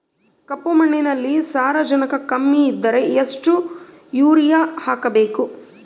ಕಪ್ಪು ಮಣ್ಣಿನಲ್ಲಿ ಸಾರಜನಕ ಕಮ್ಮಿ ಇದ್ದರೆ ಎಷ್ಟು ಯೂರಿಯಾ ಹಾಕಬೇಕು?